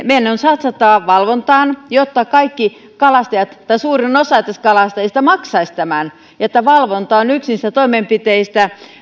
meidän on satsattava valvontaan jotta kaikki kalastajat tai suurin osa kalastajista maksaisi tämän valvonta on yksi niistä toimenpiteistä